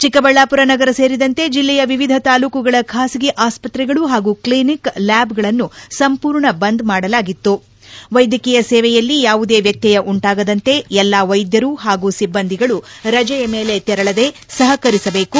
ಚಿಕ್ಕಬಳ್ಣಾಪುರ ನಗರ ಸೇರಿದಂತೆ ಜಲ್ಲೆಯ ವಿವಿಧ ತಾಲೂಕುಗಳ ಖಾಸಗಿ ಆಸ್ಪತ್ರೆಗಳು ಹಾಗೂ ಕ್ಷಿನಿಕ್ ಲ್ಲಾಬ್ಗಳನ್ನು ಸಂಪೂರ್ಣ ಬಂದ್ ಮಾಡಲಾಗಿತ್ತು ವೈದ್ಯಕೀಯ ಸೇವೆಯಲ್ಲಿ ಯಾವುದೇ ವ್ಯತ್ಯಯ ಉಂಟಾಗದಂತೆ ಎಲ್ಲಾ ವೈದ್ಯರು ಹಾಗೂ ಸಿಬ್ಬಂಧಿಗಳು ರಜೆಯ ಮೇಲೆ ತೆರಳದೆ ಸಹ ನಡೆಸಬೇಕು